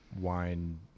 wine